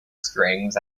strings